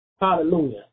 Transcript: Hallelujah